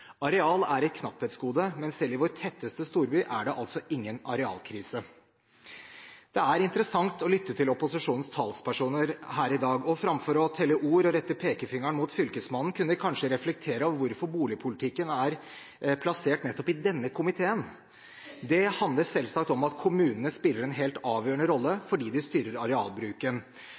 Areal er et knapphetsgode, men selv i vår mest tettbygde storby er det altså ingen arealkrise. Det er interessant å lytte til opposisjonens talspersoner her i dag. Framfor å telle ord og rette pekefingeren mot Fylkesmannen, kunne vi kanskje reflektere over hvorfor boligpolitikken er plassert nettopp i denne komiteen. Det handler selvsagt om at kommunene spiller en helt avgjørende rolle, fordi de styrer arealbruken.